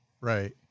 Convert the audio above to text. right